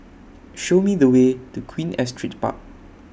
Show Me The Way to Queen Astrid Park